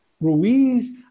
Ruiz